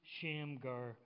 Shamgar